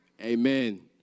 Amen